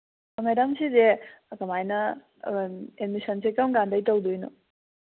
ꯑꯥ madam ꯁꯤꯁꯦ ꯀꯃꯥꯏꯅ ꯑꯦꯗꯃꯤꯁꯟꯁꯦ ꯀꯔꯝ ꯀꯥꯟꯗꯩ ꯇꯧꯗꯣꯏꯅꯣ